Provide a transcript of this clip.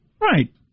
Right